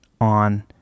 on